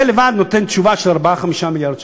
זה לבד נותן תשובה של 4 5 מיליארד שקל.